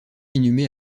inhumé